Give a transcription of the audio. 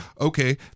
okay